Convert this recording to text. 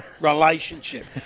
relationship